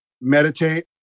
meditate